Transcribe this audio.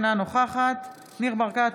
אינה נוכחת ניר ברקת,